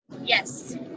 Yes